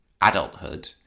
adulthood